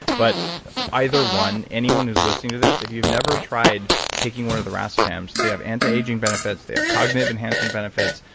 but either one, anyone who's listening to this, if you've never tried taking one of the racetams, they have anti-aging benefits. they have cognitive enhancing benefits.